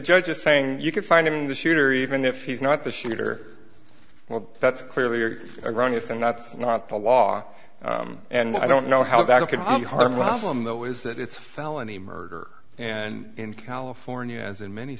judge is saying you can find him the shooter even if he's not the shooter well that's clearly erroneous and that's not the law and i don't know how that could be harmful problem though is that it's felony murder and in california as in many